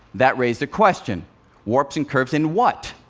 that raised a question warps and curves in what?